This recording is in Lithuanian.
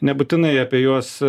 nebūtinai apie juos